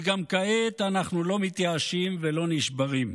וגם כעת אנחנו לא מתייאשים ולא נשברים.